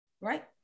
right